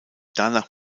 danach